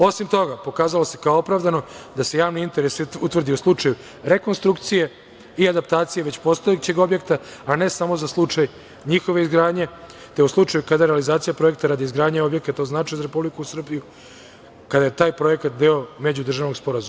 Osim toga, pokazalo se kao opravdano da se javni interes utvrdi u slučaju rekonstrukcije i adaptacije već postojećeg objekta, a ne samo za slučaj njihove izgradnje, te u slučaju kada realizacija projekta radi izgradnje objekata od značaja za Republiku Srbiju kada je taj projekat deo međudržavnog sporazuma.